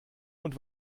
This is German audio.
und